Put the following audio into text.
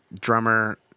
Drummer